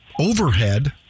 Overhead